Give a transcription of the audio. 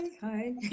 Hi